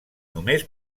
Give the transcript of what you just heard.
només